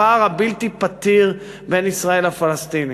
הפער הבלתי-פתיר בין ישראל לפלסטינים.